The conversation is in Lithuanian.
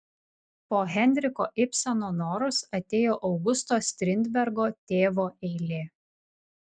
po henriko ibseno noros atėjo augusto strindbergo tėvo eilė